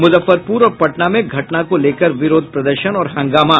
मुजफ्फरपुर और पटना में घटना को लेकर विरोध प्रदर्शन और हंगामा